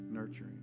nurturing